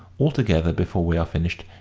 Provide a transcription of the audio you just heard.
altogether, before we are finished,